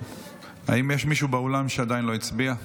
האם יש מישהו באולם שעדיין לא הצביע?